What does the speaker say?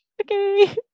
okay